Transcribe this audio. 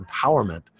empowerment